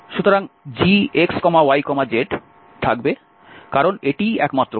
সুতরাং gx y z থাকবে কারণ এটিই একমাত্র পদ